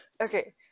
okay